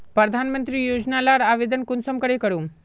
प्रधानमंत्री योजना लार आवेदन कुंसम करे करूम?